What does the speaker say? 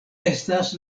estas